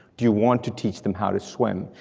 do you want to teach them how to swim?